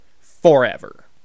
forever